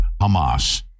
Hamas